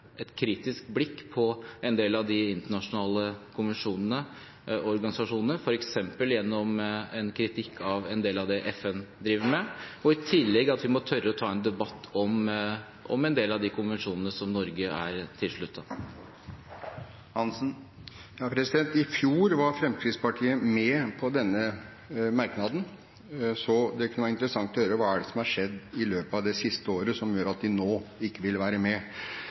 et kritisk blikk på en del av de internasjonale konvensjonene og organisasjonene, f.eks. en del av det FN driver med, og at vi i tillegg må tørre å ta en debatt om en del av de konvensjonene som Norge er tilsluttet. I fjor var Fremskrittspartiet med på denne merknaden, så det kunne være interessant å høre hva som har skjedd i løpet av det siste året som gjør at de nå ikke ville være med.